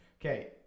Okay